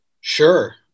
Sure